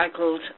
recycled